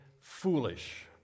foolish